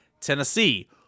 Tennessee